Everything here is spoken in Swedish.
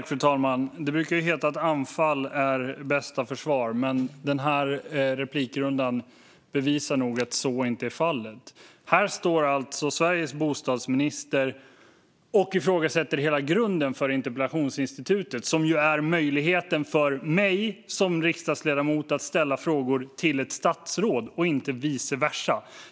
Fru talman! Det brukar heta att anfall är bästa försvar, men den här replikrundan bevisar nog att så inte är fallet. Här står alltså Sveriges bostadsminister och ifrågasätter hela grunden för interpellationsinstitutet, som ju är möjligheten för mig som riksdagsledamot att ställa frågor till ett statsråd - inte vice versa.